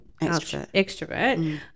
extrovert